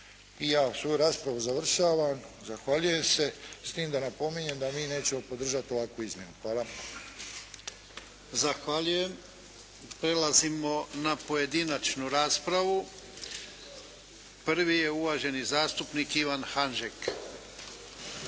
I ja ovu svoju raspravu završavam, zahvaljujem se. S time da napominjem da mi nećemo podržati ovakvu izmjenu. Hvala. **Jarnjak, Ivan (HDZ)** Zahvaljujem. Prelazimo na pojedinačnu raspravu. Prvi je uvaženi zastupnik Ivan Hanžek.